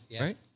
right